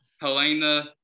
Helena